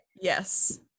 yes